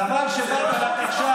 חבל שבאת רק עכשיו.